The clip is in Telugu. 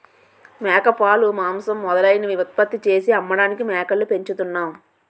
మేకపాలు, మాంసం మొదలైనవి ఉత్పత్తి చేసి అమ్మడానికి మేకల్ని పెంచుతున్నాం